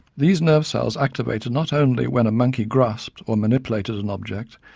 these nerve cells activated not only when a monkey grasped or manipulated an object,